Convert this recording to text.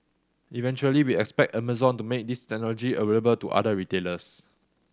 eventually we expect Amazon to make this technology available to other retailers